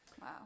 Wow